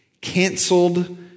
Canceled